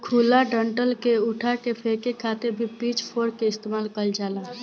खुला डंठल के उठा के फेके खातिर भी पिच फोर्क के इस्तेमाल कईल जाला